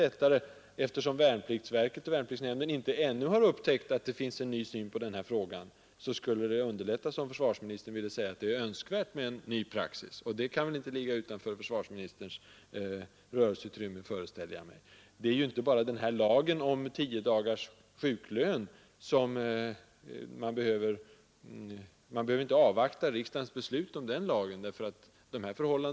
Men eftersom värnpliktsverket och värnpliktsnämnden ännu inte har upptäckt att det finns en ny syn på den här frågan, så skulle det underlätta om försvarsministern ville säga att det är önskvärt med en ny praxis. Det kan väl inte ligga utanför försvarsministerns rörelseutrymme, föreställer jag mig. Man behöver inte avvakta riksdagens beslut om lagstiftningen när det gäller tio dagars sjuklön.